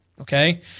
Okay